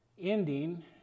ending